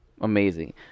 Amazing